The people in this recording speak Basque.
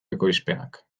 ekoizpenak